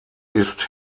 ist